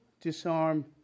disarm